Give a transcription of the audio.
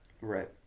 Right